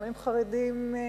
גם הם בנפאל חרדים מזה,